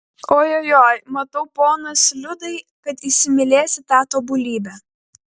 oi oi oi matau ponas liudai kad įsimylėsi tą tobulybę